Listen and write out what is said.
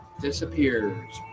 Disappears